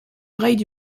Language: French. murailles